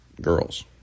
girls